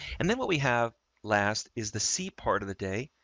and then what we have last is the c part of the day.